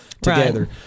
together